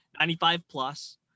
95-plus